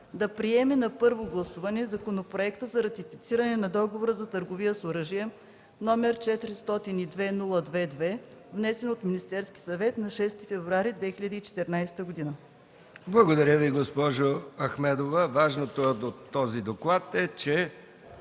да приеме на първо гласуване Законопроекта за ратифициране на Договора за търговия с оръжие, № 402-02-2, внесен от Министерския съвет на 6 февруари 2014 г.” ПРЕДСЕДАТЕЛ МИХАИЛ МИКОВ: Благодаря Ви, госпожо Ахмедова. Важното в този доклад е, че